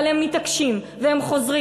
אבל הם מתעקשים והם חוזרים.